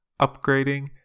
upgrading